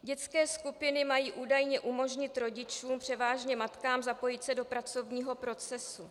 Dětské skupiny mají údajně umožnit rodičům, převážně matkám, zapojit se do pracovního procesu.